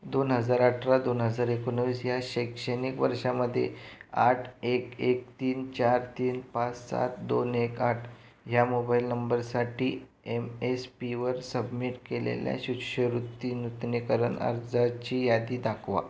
दोन हजार अठरा दोन हजार एकोणवीस या शैक्षणिक वर्षामधे आठ एक एक तीन चार तीन पाच सात दोन एक आठ ह्या मोबाइल नंबरसाठी एम एस पीवर सबमिट केलेल्या शिष्यवृत्ती नूतनीकरण अर्जाची यादी दाखवा